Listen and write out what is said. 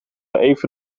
even